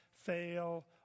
fail